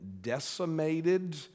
decimated